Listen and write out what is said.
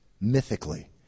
mythically